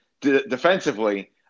Defensively